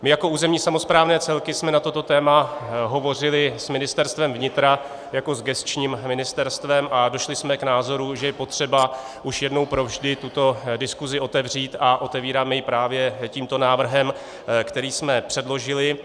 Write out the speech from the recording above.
My jako územní samosprávné celky jsme na toto téma hovořili s Ministerstvem vnitra jako s gesčním ministerstvem a došli jsme k názoru, že je potřeba už jednou provždy tuto diskusi otevřít, a otevíráme ji právě tímto návrhem, který jsme předložili.